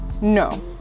no